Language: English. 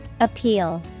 Appeal